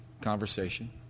conversation